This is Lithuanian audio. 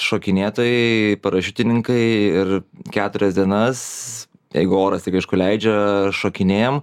šokinėtojai parašiutininkai ir keturias dienas jeigu oras tik aišku leidžia šokinėjam